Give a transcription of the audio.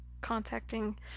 contacting